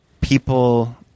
people